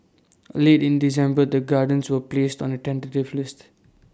later in December the gardens was placed on A tentative list